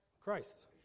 Christ